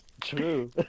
True